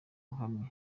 uhamye